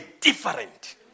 different